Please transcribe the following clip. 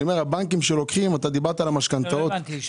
לא הבנתי.